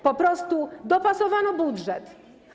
Po prostu dopasowano budżet.